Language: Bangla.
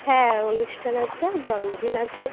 হ্যাঁ অনুষ্ঠান আছে জন্মদিন আছে